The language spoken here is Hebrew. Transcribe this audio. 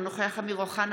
אינו נוכח אמיר אוחנה,